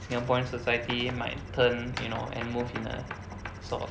singaporean society might turn you know and move in a sort of